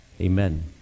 Amen